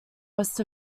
rest